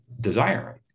desiring